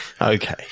Okay